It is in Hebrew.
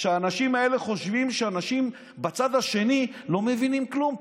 שהאנשים האלה חושבים שאנשים בצד השני לא מבינים כלום,